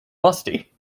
musty